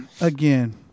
again